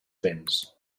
béns